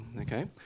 okay